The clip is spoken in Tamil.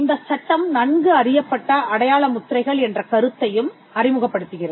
இந்தச் சட்டம் நன்கு அறியப்பட்ட அடையாள முத்திரைகள் என்ற கருத்தையும் அறிமுகப்படுத்துகிறது